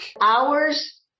Hours